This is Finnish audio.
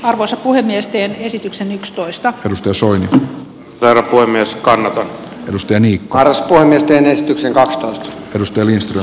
arvoisa puhemies teen esityksen yksitoista edustusuinnin tarkoin myös kanadan edustaja niikko islamistien esityksen osa edustajista